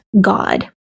God